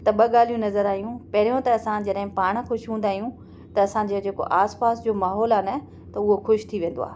त ॿ ॻाल्हियूं नज़र आयूं पहिरियूं त असां जॾहिं पाणि ख़ुशि हूंदा आहियूं त असांजा जेको आसिपासि जो माहौलु आहे न त उहो ख़ुशि थी वेंदो आहे